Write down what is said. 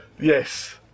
Yes